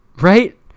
right